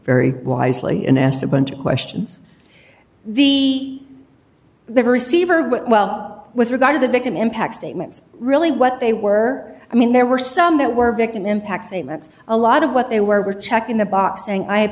very wisely and asked a bunch of questions the the receiver well with regard to the victim impact statements really what they were i mean there were some that were victim impact statements a lot of what they were checking the box saying i ha